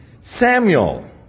Samuel